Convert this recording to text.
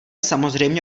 samozřejmě